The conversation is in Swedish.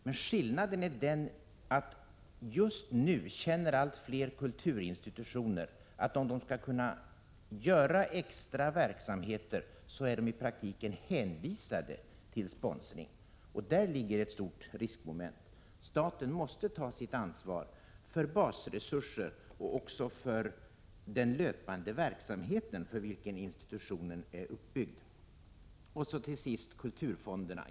Det är bara det att allt fler kulturinstitutioner just nu känner att de, om de skall kunna göra något extra, i praktiken är hänvisade till sponsringen, och däri ligger ett stort riskmoment. Staten måste ta sitt ansvar för basresurserna och även för den löpande verksamheten, för vilken institutionen är uppbyggd. Till sist något om kulturfonderna.